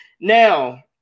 now